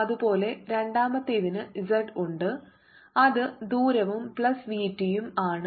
അതുപോലെ രണ്ടാമത്തേതിന് z ഉണ്ട് അത് ദൂരവും പ്ലസ് vt ഉം ആണ്